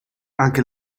anche